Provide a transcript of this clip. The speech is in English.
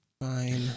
Fine